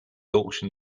auction